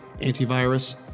antivirus